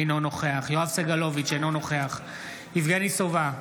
אינו נוכח יואב סגלוביץ' אינו נוכח יבגני סובה,